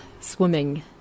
swimming